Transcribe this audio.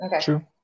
True